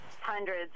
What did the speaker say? Hundreds